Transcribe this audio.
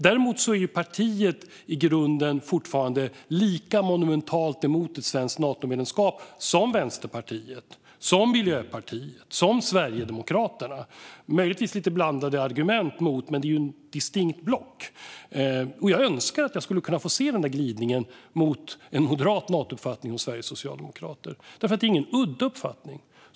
Däremot är partiet i grunden fortfarande lika monumentalt emot ett svenskt Natomedlemskap som Vänsterpartiet, Miljöpartiet och Sverigedemokraterna. Möjligtvis är argumenten emot lite blandade, men det är ett distinkt block. Jag önskar att jag skulle kunna få se den där glidningen mot en moderat Natouppfattning hos Sveriges socialdemokrater. Det är ingen udda uppfattning.